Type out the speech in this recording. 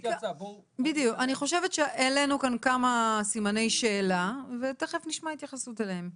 אני חושבת שהעלינו כאן כמה סימני שאלה ותכף נשמע התייחסות אליהם.